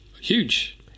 Huge